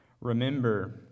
remember